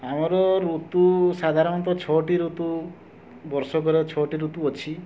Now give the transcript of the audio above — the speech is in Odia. ଆମର ଋତୁ ସାଧାରଣତଃ ଛଅଟି ଋତୁ ବର୍ଷକରେ ଛଅଟି ଋତୁ ଅଛି